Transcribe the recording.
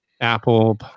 Apple